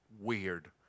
weird